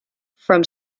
from